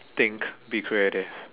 think be creative